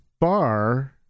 bar